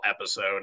episode